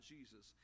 Jesus